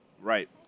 right